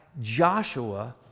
joshua